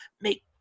make